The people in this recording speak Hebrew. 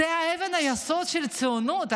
היא אבן היסוד של הציונות,